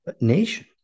nation